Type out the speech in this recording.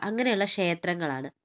അങ്ങനെയുള്ള ക്ഷേത്രങ്ങളാണ്